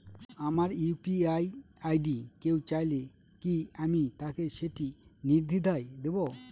আমার UPI ID কেউ চাইলে কি আমি তাকে সেটি নির্দ্বিধায় দেব?